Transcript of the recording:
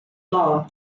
law